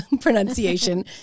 pronunciation